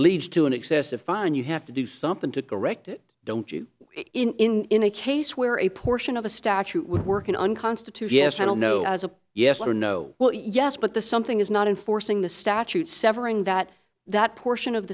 leads to an excessive fine you have to do something to correct it don't you in a case where a portion of a statute would work in unconstitutional i don't know as a yes or no well yes but the something is not enforcing the statute severing that that portion of